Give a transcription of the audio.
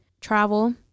Travel